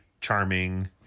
charming